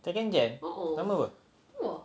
second jan lama apa